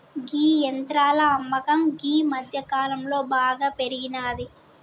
గీ యంత్రాల అమ్మకం గీ మధ్యకాలంలో బాగా పెరిగినాది